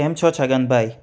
કેમ છો છગન ભાઈ